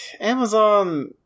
Amazon